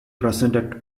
presented